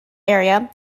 area